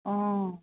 অঁ